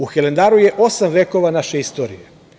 U Hilandaru je osam vekova naše istorije.